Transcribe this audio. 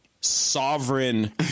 sovereign